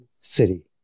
city